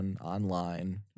online